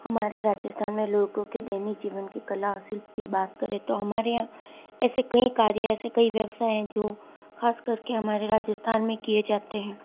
हमारे राजस्थान में लोगों के दैनिक जीवन की कला और सिल्प की बात करें तो हमारे यहाँ ऐसे कई कार्य ऐसे कई व्यवसाय है जो खास करके हमारे राजस्थान में किए जाते हैं